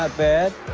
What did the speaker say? ah bad.